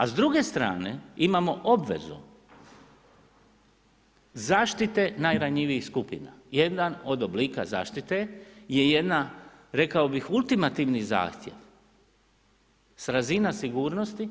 A s druge strane imamo obvezu zaštite najranjivijih skupina, jedan od oblika zaštite je jedna, rekao bih ultimativni zahtjev s razina sigurnosti